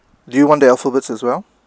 do you want the alphabets as well